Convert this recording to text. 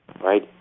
right